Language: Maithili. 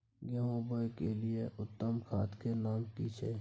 गेहूं बोअ के लिये उत्तम खाद के नाम की छै?